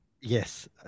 Yes